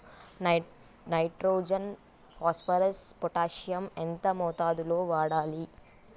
Nitrogen phosphorus potassium ఎంత మోతాదు లో వాడాలి?